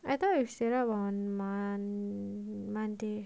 I thought you slept up on monday monday